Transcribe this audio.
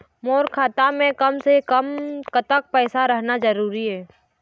मोर खाता मे कम से से कम कतेक पैसा रहना जरूरी हे?